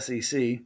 SEC